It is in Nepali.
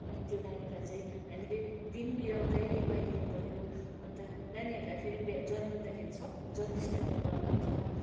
अनि त्यो नानीलाई चाहिँ हामीले दिन बिराउँदै नुहाइ दिनुपऱ्यो अन्त नानीहरूलाई फेरि जन्मिदाखेरि सब जन्डिस लाग्ने डर हुन्छ